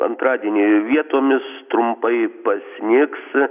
antradienį vietomis trumpai pasnigs